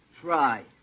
Try